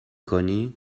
کنی